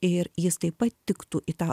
ir jis taip pat tiktų į tą